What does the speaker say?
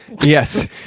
Yes